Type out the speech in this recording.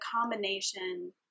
combination